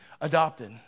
adopted